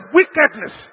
wickedness